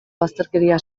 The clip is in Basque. bazterkeria